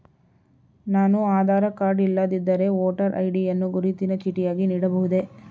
ನಾನು ಆಧಾರ ಕಾರ್ಡ್ ಇಲ್ಲದಿದ್ದರೆ voter ID ಯನ್ನು ಗುರುತಿನ ಚೀಟಿಯಾಗಿ ನೀಡಬಹುದೇ?